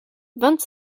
vingt